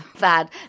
bad